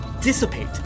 dissipate